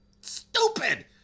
stupid